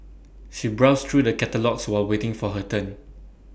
she browsed through the catalogues while waiting for her turn